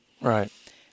Right